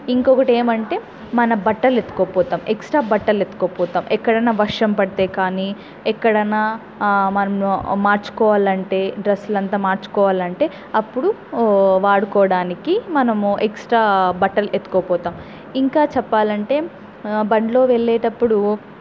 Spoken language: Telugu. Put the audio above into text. ఇంకొకటి ఏమంటే మన బట్టలు ఎత్తుకుపోతాం ఎక్స్ట్రా బట్టలు ఎత్తుకుపోతాం ఎక్కడైనా వర్షం పడితే కానీ ఎక్కడన్నా మనం మార్చుకోవాలంటే డ్రెస్లు అంతా మార్చుకోవాలంటే అప్పుడు వాడుకోవడానికి మనము ఎక్స్ట్రా బట్టలు ఎత్తుకుపోతాం ఇంకా చెప్పాలంటే బండ్లో వెళ్ళేటప్పుడు